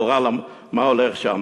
מה הולך שמה,